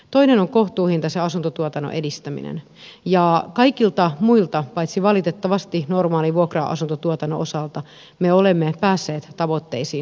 toinen on kohtuuhintaisen asuntotuotannon edistäminen ja kaikilta muilta osin paitsi valitettavasti normaalin vuokra asuntotuotannon osalta me olemme päässeet tavoitteisiin